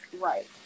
Right